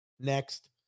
Next